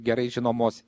gerai žinomos